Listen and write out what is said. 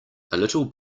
little